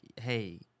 hey